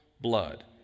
blood